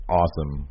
awesome